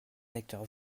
acteurs